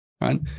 right